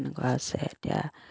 এনেকুৱা আছে এতিয়া